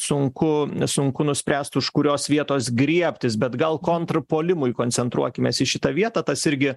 sunku sunku nuspręst už kurios vietos griebtis bet gal kontrpuolimui koncentruokimės į šitą vietą tas irgi